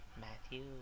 Matthew